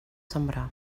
sembrar